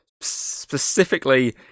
Specifically